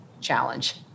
challenge